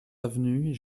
avenue